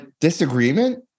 disagreement